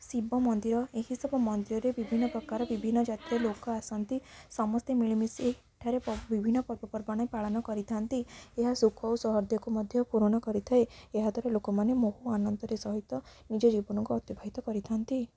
ଶିବ ମନ୍ଦିର ଏହିସବୁ ମନ୍ଦିରରେ ବିଭିନ୍ନପ୍ରକାର ବିଭିନ୍ନ ଜାତିର ଲୋକ ଆସନ୍ତି ସମସ୍ତେ ମିଳିମିଶି ଏଠାରେ ବିଭିନ୍ନ ପର୍ବପର୍ବାଣଣି ପାଳନ କରିଥାନ୍ତି ଏହା ସୁଖ ଓ ମଧ୍ୟ ପୂରଣ କରିଥାଏ ଏହା ଦ୍ୱାରା ଲୋକମାନେ ବହୁ ଆନନ୍ଦରେ ସହିତ ନିଜ ଜୀବନକୁ ଅତିବାହିତ କରିଥାନ୍ତି